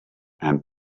and